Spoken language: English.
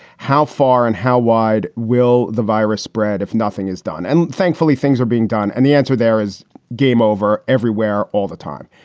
how far and how wide will the virus spread if nothing is done? and thankfully, things are being done. and the answer there is game over everywhere all the time.